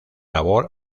labor